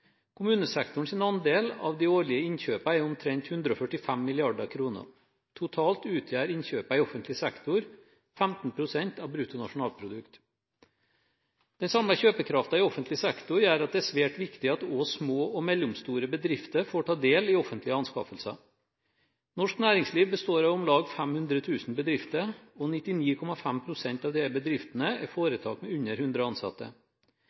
andel av de årlige innkjøpene er omtrent 145 mrd. kr. Totalt utgjør innkjøpene i offentlig sektor 15 pst. av brutto nasjonalprodukt. Den samlede kjøpekraften i offentlig sektor gjør at det er svært viktig at også små og mellomstore bedrifter får ta del i offentlige anskaffelser. Norsk næringsliv består av om lag 500 000 bedrifter, og 99,5 pst. av disse bedriftene er foretak med under 100 ansatte.